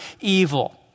evil